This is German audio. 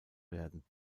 werden